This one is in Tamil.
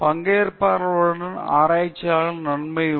பங்கேற்பாளர்களுடன் ஆராய்வதற்கான நன்மைகள்